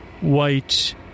white